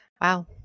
wow